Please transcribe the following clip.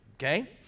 Okay